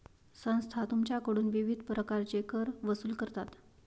संस्था तुमच्याकडून विविध प्रकारचे कर वसूल करतात